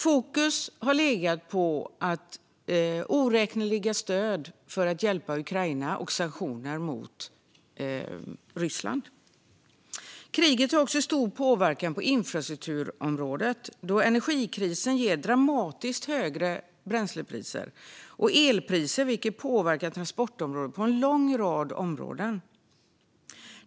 Fokus har legat på oräkneliga stöd för att hjälpa Ukraina och sanktioner mot Ryssland. Kriget har också stor påverkan på infrastrukturområdet, då energikrisen ger dramatiskt högre bränslepriser och elpriser, vilket påverkar transportområdet på en lång rad områden.